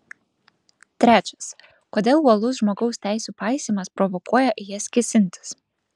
trečias kodėl uolus žmogaus teisių paisymas provokuoja į jas kėsintis